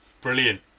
Brilliant